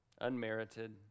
unmerited